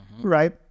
right